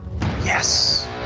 Yes